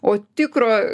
o tikro